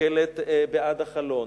מסתכלת בעד החלון,